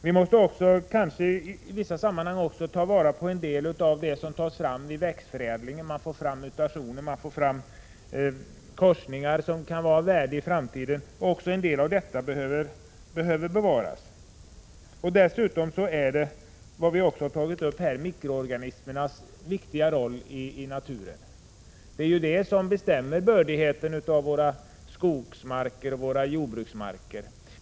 Vi måste kanske också i vissa sammanhang ta vara på en del av det som tas fram genom växtförädling — mutationer — korsningar som kan vara av värde i framtiden osv. Dessutom har vi tagit upp mikroorganismernas viktiga roll i naturen. Det är ju dessa som bestämmer bördigheten hos våra skogsoch jordbruksmarker.